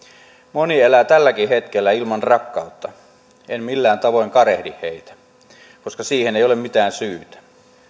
moni elää tälläkin hetkellä ilman rakkautta en millään tavoin kadehdi heitä koska siihen ei ole mitään syytä